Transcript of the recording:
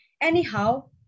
Anyhow